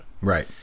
Right